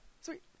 Sweet